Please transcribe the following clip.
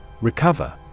recover